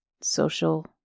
social